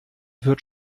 wird